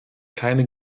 keine